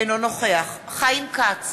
אינו נוכח חיים כץ,